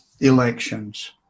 elections